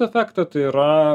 efektą tai yra